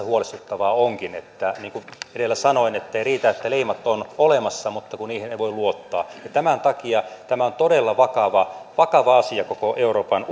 huolestuttavaa onkin niin kuin edellä sanoin ei riitä että leimat ovat olemassa kun niihin ei voi luottaa tämän takia tämä on todella vakava vakava asia koko euroopan